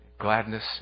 gladness